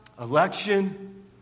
election